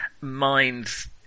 minds